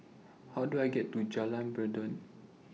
How Do I get to Jalan Peradun